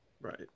Right